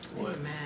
Amen